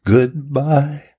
Goodbye